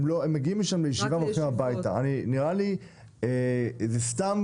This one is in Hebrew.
נראה לי שזה סתם